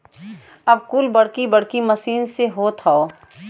अब कुल बड़की बड़की मसीन से होत हौ